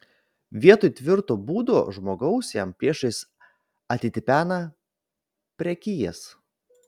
vietoj tvirto būdo žmogaus jam priešais atitipena prekijas